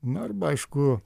na arba aišku